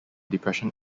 depression